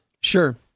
Sure